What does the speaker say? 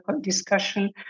discussion